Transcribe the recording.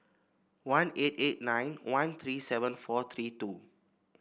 one eight eight nine one three seven four three two